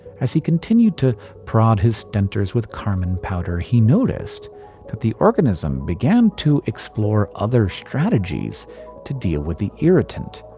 as he continued to prod his stentors with carmine powder, he noticed that the organism began to explore other strategies to deal with the irritant.